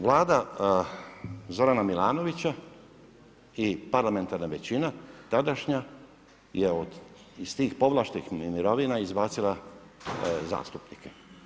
Vlada Zorana Milanovića i parlamentarna većina tadašnja je iz tih povlaštenih mirovina izbacila zastupnike.